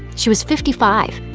she was fifty five.